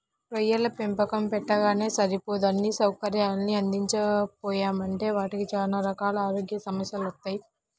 గొర్రెల పెంపకం పెట్టగానే సరిపోదు అన్నీ సౌకర్యాల్ని అందించకపోయామంటే వాటికి చానా రకాల ఆరోగ్య సమస్యెలొత్తయ్